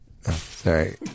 Sorry